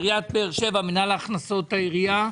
עיריית באר שבע מנהל הכנסות העירייה.